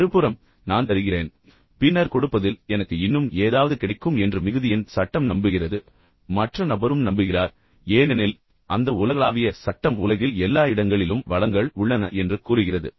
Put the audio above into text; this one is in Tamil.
மறுபுறம் நான் தருகிறேன் பின்னர் கொடுப்பதில் எனக்கு இன்னும் ஏதாவது கிடைக்கும் என்று மிகுதியின் சட்டம் நம்புகிறது மற்ற நபரும் நம்புகிறார் ஏனெனில் அந்த உலகளாவிய சட்டம் உலகில் எல்லா இடங்களிலும் வளங்கள் உள்ளன என்று கூறுகிறது